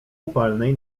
upalnej